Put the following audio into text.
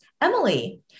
Emily